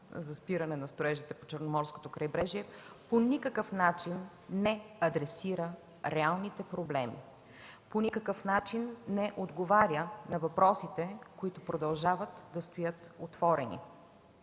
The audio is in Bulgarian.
за спиране на строежите по Черноморското крайбрежие, по никакъв начин не адресира реалните проблеми, по никакъв начин не отговаря на въпросите, които продължават да стоят отворени,